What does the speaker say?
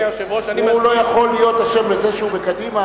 הוא לא יכול להיות אשם בזה שהוא בקדימה,